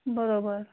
बरोबर